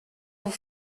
vous